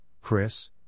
Chris